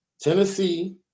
Tennessee